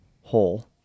hole